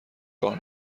راه